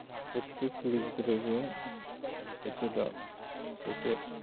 ᱯᱨᱚᱛᱤ ᱠᱩᱲᱤ ᱜᱤᱫᱽᱨᱟᱹ ᱜᱮ ᱥᱮᱪᱮᱫᱚᱜ ᱥᱮ ᱥᱮᱪᱮᱫ